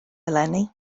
eleni